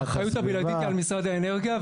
האחריות הבלעדית היא על משרד האנרגיה,